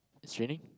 it's raining